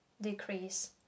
decrease